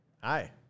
Hi